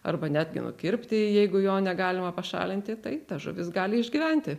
arba netgi nukirpti jeigu jo negalima pašalinti tai ta žuvis gali išgyventi